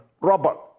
Robert